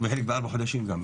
וחלק בארבעה חודשים גם.